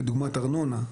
כדוגמת ארנונה.